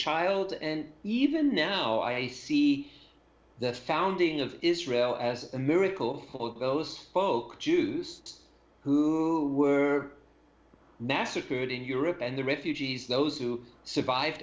child and even now i see the founding of israel as a miracle of all those folk jews who were massacred in europe and the refugees those who survived